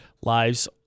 lives